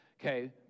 Okay